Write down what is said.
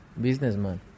businessman